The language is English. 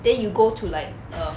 then you go to like um